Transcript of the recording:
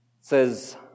Says